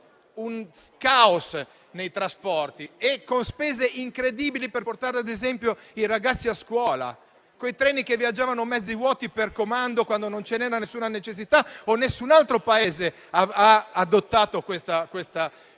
un caos nei trasporti e a spese incredibili per portare, ad esempio, i ragazzi a scuola, con i treni che viaggiavano mezzi vuoti per comando quando non ce n'era alcuna necessità, quando nessun altro Paese ha adottato questa misura.